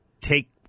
take